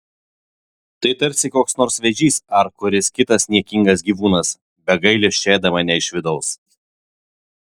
tai tarsi koks nors vėžys ar kuris kitas niekingas gyvūnas be gailesčio ėda mane iš vidaus